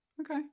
Okay